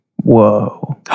Whoa